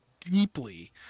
deeply